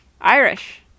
Irish